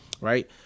right